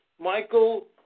Michael